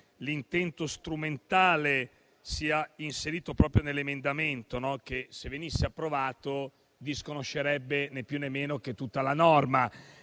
l'intento strumentale sia insito nell'emendamento, che, se venisse approvato, disconoscerebbe né più né meno tutta la norma,